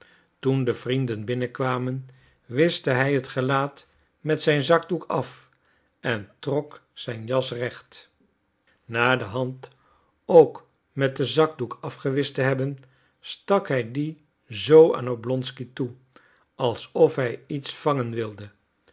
toen de vrienden binnen kwamen wischte hij het gelaat met zijn zakdoek af en trok zijn jas terecht na de hand ook met den zakdoek afgewischt te hebben stak hij die zoo aan oblonsky toe alsof hij iets vangen wilde